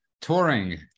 touring